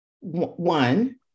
one